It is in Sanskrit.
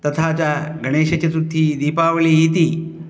तथा च गणेशचतुर्थी दीपावली इति